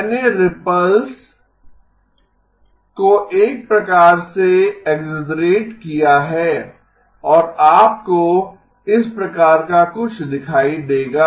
मैंने रिपल को एक प्रकार से एक्सेसरेट किया है और आपको इस प्रकार का कुछ दिखाई देगा